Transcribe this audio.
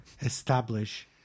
establish